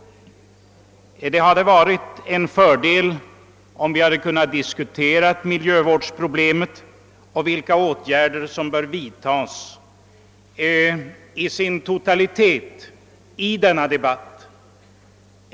Det hade varit en fördel om vi hade kunnat diskutera problemet om miljövården och vilka åtgärder som bör vidtas i dess totalitet i denna debatt.